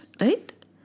right